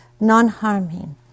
non-harming